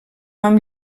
amb